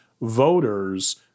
voters